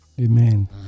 Amen